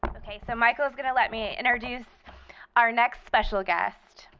okay, so michael's going to let me introduce our next special guest.